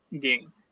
game